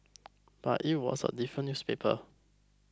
but it was a different newspaper